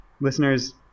listeners